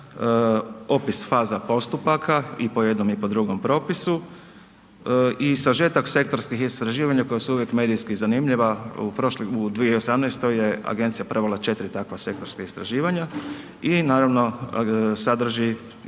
opis faza postupaka i po jednom i po drugom propisu i sažetak sektorskih istraživanja koja su uvijek medijski zanimljiva. U 2018. je agencija provela četiri takva sektorska istraživanja i naravno